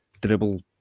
dribble